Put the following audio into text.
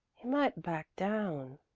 he might back down.